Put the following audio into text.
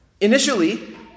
initially